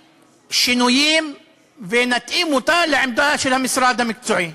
שינויים ונתאים אותה לעמדה של המשרד המקצועי.